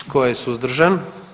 Tko je suzdržan?